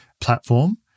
platform